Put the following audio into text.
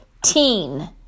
teen